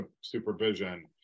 supervision